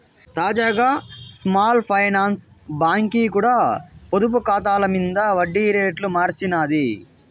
తాజాగా small finance బాంకీ కూడా పొదుపు కాతాల మింద ఒడ్డి రేట్లు మార్సినాది